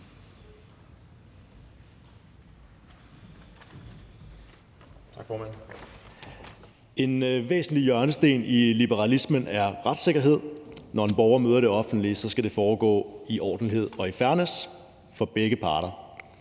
En væsentlig hjørnesten i liberalismen er retssikkerhed. Når en borger møder det offentlige, skal det foregå i ordentlighed og i fairness for begge parter.